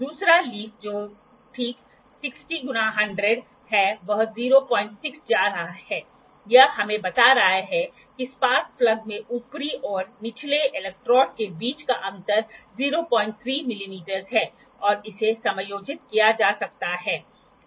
तो दूसरा लीफ जो ठीक ६० गुणा १०० है वह ०६ जा रहा है यह हमें बता रहा है कि स्पार्क प्लग में ऊपरी और निचले इलेक्ट्रोड के बीच का अंतर ०६ मिमी है और इसे समायोजित किया जा सकता है